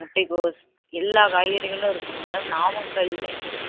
முட்டைக்கோஸ் எல்லா காய்கறிகளும் இருக்குதுங்க மேடம் நாமக்கலில்